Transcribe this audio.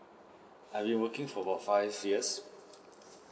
I've been working for about five years